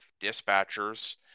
dispatchers